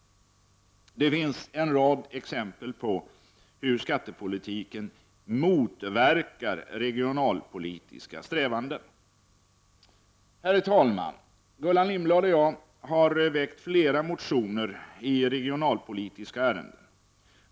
Det finns en rad exempel på hur skattepolitiken motverkar regionalpolitiska strävanden. Herr talman! Gullan Lindblad och jag har väckt flera motioner i regionalpolitiska ärenden.